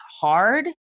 hard